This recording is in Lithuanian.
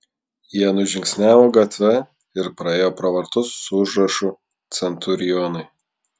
jie nužingsniavo gatve ir praėjo pro vartus su užrašu centurionai